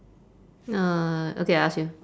uh okay I ask you